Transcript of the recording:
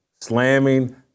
slamming